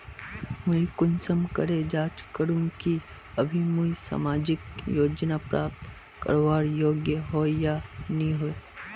मुई कुंसम करे जाँच करूम की अभी मुई सामाजिक योजना प्राप्त करवार योग्य होई या नी होई?